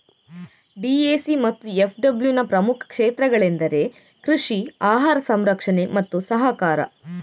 DAC ಮತ್ತು ಎಫ್.ಡಬ್ಲ್ಯೂನ ಪ್ರಮುಖ ಕ್ಷೇತ್ರಗಳೆಂದರೆ ಕೃಷಿ, ಆಹಾರ ಸಂರಕ್ಷಣೆ ಮತ್ತು ಸಹಕಾರ